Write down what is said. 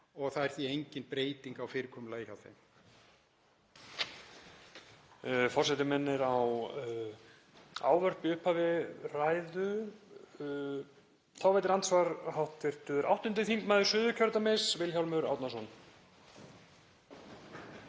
og það er því engin breyting á fyrirkomulagi hjá þeim.